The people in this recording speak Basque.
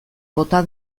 bota